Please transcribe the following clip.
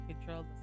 control